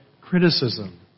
criticism